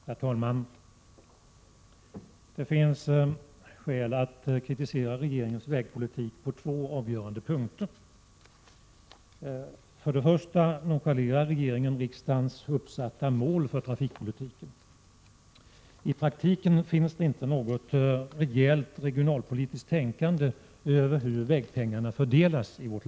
Herr talman! Det finns skäl att kritisera regeringens vägpolitik på två avgörande punkter. För det första nonchalerar regeringen riksdagens uppsatta mål för trafikpolitiken. I praktiken finns det inget regionalpolitiskt tänkande när det gäller hur vägpengarna fördelas i Sverige.